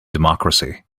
democracy